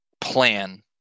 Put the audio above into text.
plan